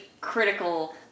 critical